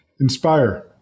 Inspire